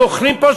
הם אוכלים פה,